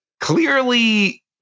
clearly